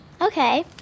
Okay